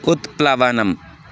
उत्प्लवनम्